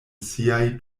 siaj